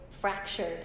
fractured